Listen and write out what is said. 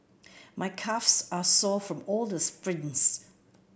my calves are sore from all the sprints